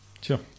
Sure